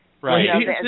Right